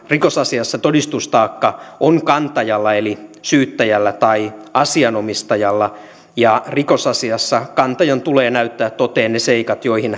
rikosasiassa todistustaakka on kantajalla eli syyttäjällä tai asianomistajalla ja rikosasiassa kantajan tulee näyttää toteen ne seikat joihin